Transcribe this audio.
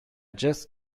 just